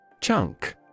Chunk